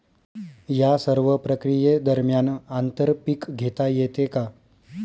या सर्व प्रक्रिये दरम्यान आंतर पीक घेता येते का?